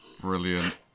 Brilliant